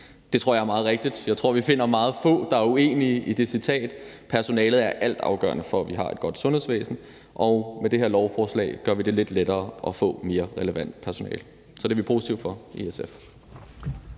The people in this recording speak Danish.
Det tror jeg er meget rigtigt, og jeg tror, vi finder meget få, der er uenige i det citat. Personalet altafgørende for, at vi har et godt sundhedsvæsen, og med det her lovforslag gør vi det lidt lettere at få mere relevant personale. Så det er vi positive over for i SF.